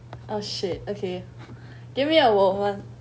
oh shit okay give me a moment